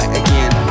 again